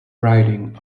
riding